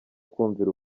kumvira